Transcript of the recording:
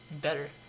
Better